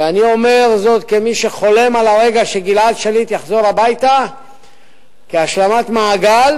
ואני אומר זאת כמי שחולם על הרגע שגלעד שליט יחזור הביתה כהשלמת מעגל,